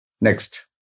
Next